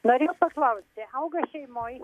norėjau paklausti auga šeimoj